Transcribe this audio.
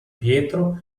pietro